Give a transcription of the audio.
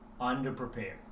underprepared